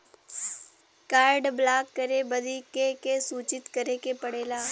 Card block करे बदी के के सूचित करें के पड़ेला?